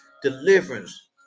deliverance